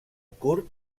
curt